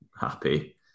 happy